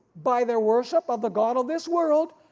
by their worship of the god of this world,